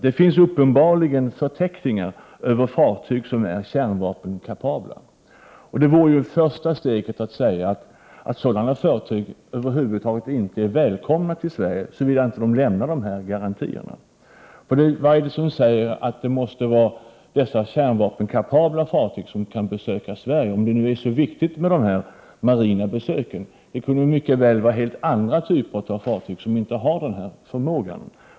Det finns uppenbarligen förteckningar över fartyg som är kärnvapenkapabla. Det första steget borde vara att säga att sådana fartyg över huvud taget inte är välkomna till Sverige, såvitt de inte lämnar garantier för att de inte har kärnvapen ombord. Vad är det för resten som säger att det måste vara dessa kärnvapenkapabla fartyg som besöker Sverige, om det nu är så viktigt med dessa marina besök? Det kunde mycket väl vara helt andra typer av fartyg, som inte har denna förmåga.